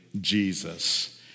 Jesus